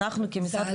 אנחנו כמשרד,